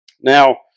Now